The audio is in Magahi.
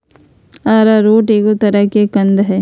अरारोट एगो तरह के कंद हइ